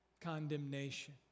condemnation